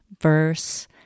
verse